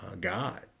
God